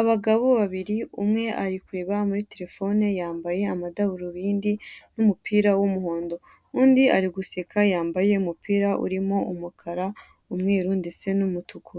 Abagabo babiri, umwe ari kureba muri telefone, yambaye amadarubindi n'umupira w'umuhondo. Undi ari guseka, yambaye umupira urimo umukara, umweru, ndetse n'umutuku.